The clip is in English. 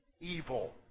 evil